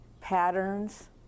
patterns